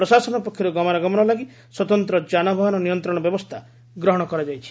ପ୍ରଶାସନ ପକ୍ଷରୁ ଗମନାଗମନ ଲାଗି ସ୍ୱତନ୍ତ ଯାନବାହାନ ନିୟନ୍ତଣ ବ୍ୟବସ୍ରା ଗ୍ରହଣ କରାଯାଇଛି